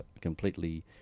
completely